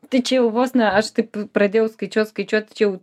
tačiau vos ne aš taip pradėjau skaičiuot skaičiuot jau